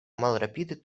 malrapide